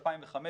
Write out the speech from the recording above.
ב-2005,